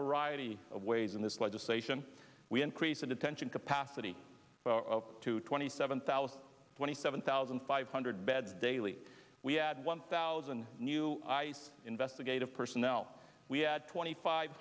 variety of ways in this legislation we increase the detention capacity to twenty seven thousand twenty seven thousand five hundred beds daily we add one thousand new ice investigative personnel we add twenty five